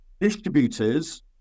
distributors